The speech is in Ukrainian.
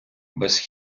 без